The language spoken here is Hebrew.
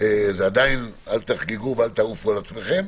עדיין אל תחגגו ואל תעופו על עצמכם,